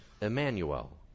Emmanuel